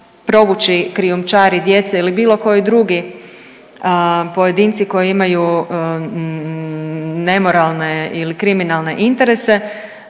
provući krijumčari djece ili bilo koji drugi pojedinci koji imaju nemoralne ili kriminalne interese,